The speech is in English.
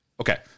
Okay